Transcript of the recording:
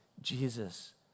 Jesus